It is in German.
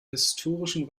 historischen